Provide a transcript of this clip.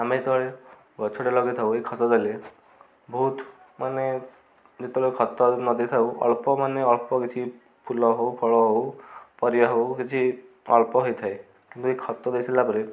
ଆମେ ଯେତେବେଳେ ଗଛଟେ ଲଗାଇଥାଉ ଏଇ ଖତ ଦେଲେ ବହୁତ ମାନେ ଯେତେବେଳେ ଖତ ନ ଦେଇଥାଉ ଅଳ୍ପ ମାନେ ଅଳ୍ପ କିଛି ଫୁଲ ହଉ ଫଳ ହଉ ପରିବା ହଉ କିଛି ଅଳ୍ପ ହେଇଥାଏ କିନ୍ତୁ ଏଇ ଖତ ଦେଇ ସାରିଲା ପରେ